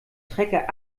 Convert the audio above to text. trecker